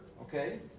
okay